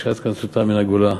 בשעת התכנסותה מן הגולה".